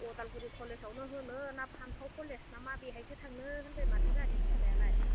उदालगुरि कलेजावनो होनो ना फान्थाव कलेज ना मा बेहायसो थांनो होनबाय माथो जाहानि फिसाज्लायालाय